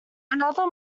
another